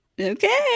okay